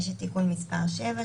יש את תיקון מס' 7,